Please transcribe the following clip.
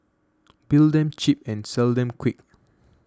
build them cheap and sell them quick